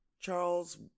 Charles